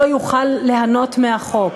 לא יוכל ליהנות מהחוק,